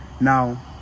now